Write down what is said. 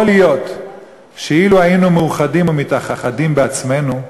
יכול להיות שאילו היינו מאוחדים ומתאחדים בעצמנו,